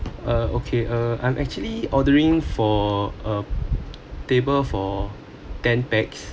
uh okay uh I'm actually ordering for a table for ten pax